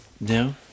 No